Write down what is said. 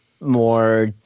more